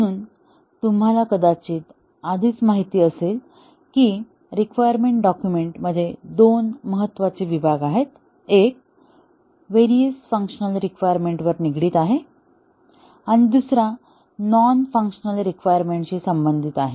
म्हणून तुम्हाला कदाचित आधीच माहित असेल की रिक्वायरमेंट डॉक्युमेंट मध्ये दोन महत्वाचे विभाग आहेत एक व्हेरिअस फंक्शनल रिक्वायरमेंट वर निगडीत आहे आणि दुसरा नॉन फंक्शनल रिक्वायरमेंट वर संबंधित आहे